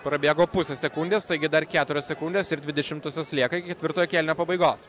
prabėgo pusė sekundės taigi dar keturios sekundės ir dvi dešimtosios lieka iki ketvirtojo kėlinio pabaigos